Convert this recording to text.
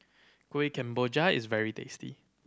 Kueh Kemboja is very tasty